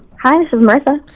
hi this is marisa.